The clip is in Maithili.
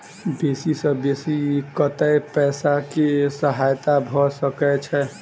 बेसी सऽ बेसी कतै पैसा केँ सहायता भऽ सकय छै?